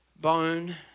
Bone